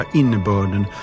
innebörden